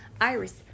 Iris